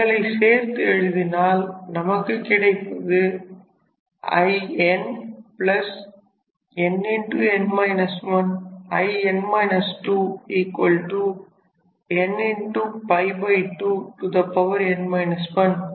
இவைகளை சேர்த்து எழுதினால் நமக்கு கிடைப்பது Inn In 2n n 1